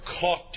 caught